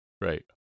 Right